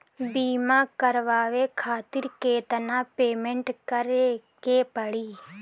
बीमा करावे खातिर केतना पेमेंट करे के पड़ी?